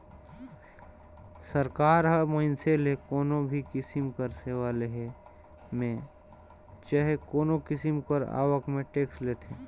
सरकार ह मइनसे ले कोनो भी किसिम कर सेवा लेहे में चहे कोनो किसिम कर आवक में टेक्स लेथे